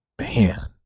Man